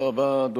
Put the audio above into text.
תודה רבה.